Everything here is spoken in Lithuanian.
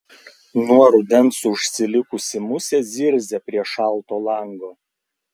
nuo rudens užsilikusi musė zirzia prie šalto lango